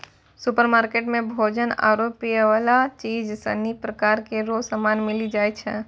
supermarket मे भोजन आरु पीयवला चीज सनी प्रकार रो समान मिली जाय छै